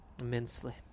immensely